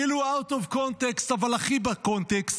כאילו out of context אבל הכי בקונטקסט.